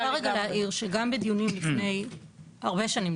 אני רוצה להעיר שגם בדיונים לפני הרבה שנים,